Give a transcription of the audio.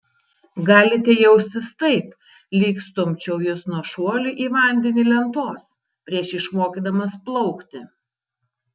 galite jaustis taip lyg stumčiau jus nuo šuolių į vandenį lentos prieš išmokydamas plaukti